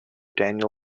daniel